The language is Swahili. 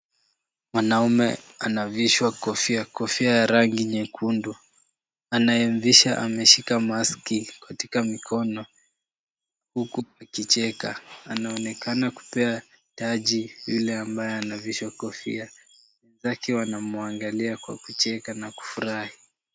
Mwanaume anavishwa kofia, kofia ya rangi nyekundu. Anayemvisha ameshika mask katika mikono huku akicheka. Anaonekana kupea taji yule ambaye anavisha kofia, akiwa anamuangalia kwa kucheka na kufurahi.